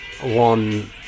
one